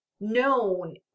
known